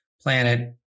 planet